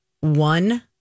one